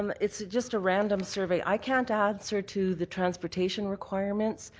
um it's just a random survey. i can't answer to the transportation requirements.